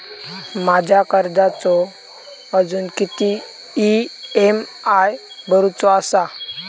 माझ्या कर्जाचो अजून किती ई.एम.आय भरूचो असा?